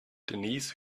denise